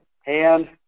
hand